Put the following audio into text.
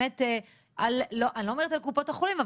אני לא אומרת על קופות החולים,